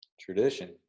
Tradition